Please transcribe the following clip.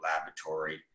laboratory